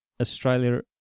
Australia